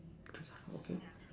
two more okay